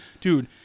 dude